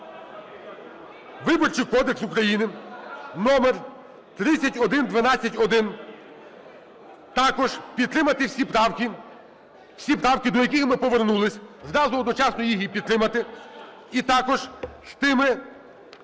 Виборчий кодекс України № 3112-1. Також підтримати всі правки, всі правки, до яких ми повернулись, зразу одночасно їх і підтримати.